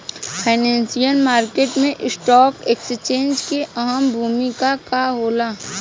financial market में stock exchange के अहम भूमिका होला